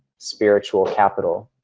spiritual capital.